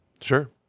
Sure